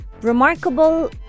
remarkable